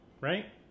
right